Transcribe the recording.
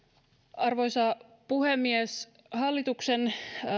arvoisa puhemies hallituksen